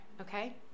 okay